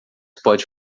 pode